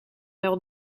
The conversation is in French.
leur